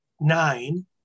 Nine